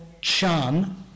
Chan